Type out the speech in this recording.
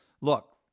Look